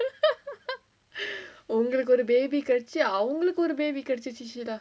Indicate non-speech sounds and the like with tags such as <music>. <laughs> <breath> ஒங்களுக்கு ஒரு:ongalukku oru baby கிடைச்சி அவங்களுக்கு ஒரு:kidachi avangalukku oru baby கிடைச்சிட்டு:kidachittu sheila